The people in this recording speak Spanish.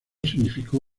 significó